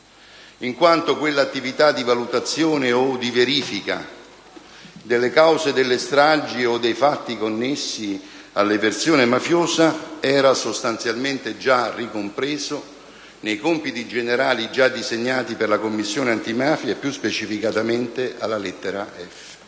in quanto quell'attività di valutazione o di verifica delle cause delle stragi o dei fatti connessi all'eversione mafiosa era sostanzialmente ricompresa nei compiti generali già disegnati per la Commissione antimafia e, più specificamente, alla lettera *f